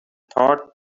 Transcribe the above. thought